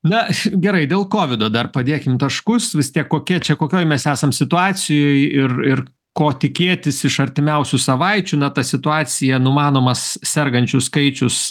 na gerai dėl kovido dar padėkim taškus vis tiek kokia čia kokioj mes esam situacijoj ir ir ko tikėtis iš artimiausių savaičių na ta situacija numanomas sergančių skaičius